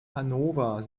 hannover